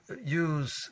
use